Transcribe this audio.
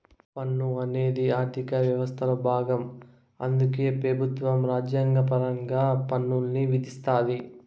పన్ను అనేది ఆర్థిక యవస్థలో బాగం అందుకే పెబుత్వం రాజ్యాంగపరంగా పన్నుల్ని విధిస్తాది